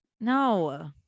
no